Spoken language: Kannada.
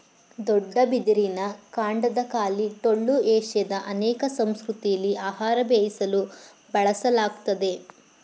ದೊಡ್ಡ ಬಿದಿರಿನ ಕಾಂಡದ ಖಾಲಿ ಟೊಳ್ಳು ಏಷ್ಯಾದ ಅನೇಕ ಸಂಸ್ಕೃತಿಲಿ ಆಹಾರ ಬೇಯಿಸಲು ಬಳಸಲಾಗ್ತದೆ